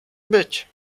być